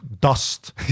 dust